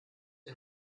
die